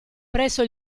presso